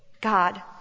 God